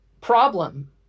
problem